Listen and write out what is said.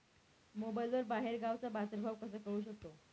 मोबाईलवर बाहेरगावचा बाजारभाव कसा कळू शकतो?